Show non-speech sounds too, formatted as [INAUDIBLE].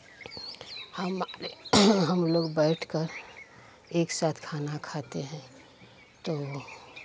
हम [UNINTELLIGIBLE] हम लोग बैठकर एक साथ खाना खाते हैं तो